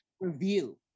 review